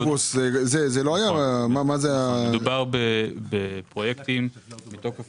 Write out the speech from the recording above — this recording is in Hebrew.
מדובר בפרויקטים מתוקף